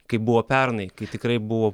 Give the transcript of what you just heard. kaip buvo pernai kai tikrai buvo